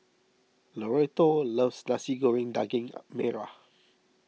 Loretto loves Nasi Goreng Daging Merah